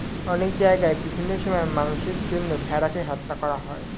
অনেক জায়গায় বিভিন্ন সময়ে মাংসের জন্য ভেড়াকে হত্যা করা হয়